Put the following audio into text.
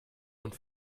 und